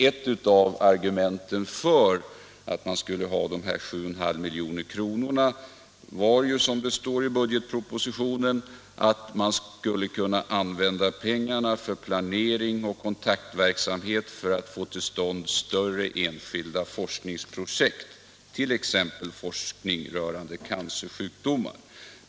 Ett av argumenten för anslaget om 7,5 miljoner var, som det står i budgetpropositionen, att man skulle kunna använda pengarna för planering och kontaktverksamhet för att få till stånd större enskilda forskningsprojekt, t.ex. forskning rörande cancersjukdomar.